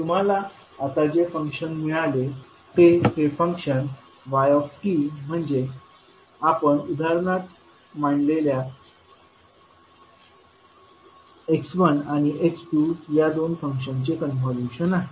तर तुम्हाला आता जे मिळाले ते हे फंक्शन yt म्हणजे आपण उदाहरणात मांडलेल्या मांडलेल्या x1आणि x2या दोन फंक्शन्सचे कॉन्व्होल्यूशन आहे